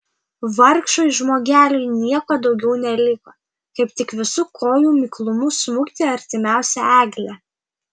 vargšui žmogeliui nieko daugiau neliko kaip tik visu kojų miklumu smukti į artimiausią eglę